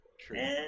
True